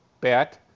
bat